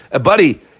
Buddy